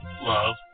love